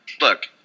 look